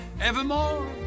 evermore